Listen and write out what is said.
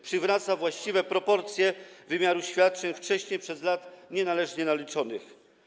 Przywraca właściwe proporcje wymiaru świadczeń wcześniej, przez lata nienależnie naliczonych.